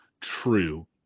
true